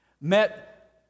met